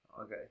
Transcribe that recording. Okay